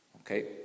Okay